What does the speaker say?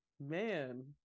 Man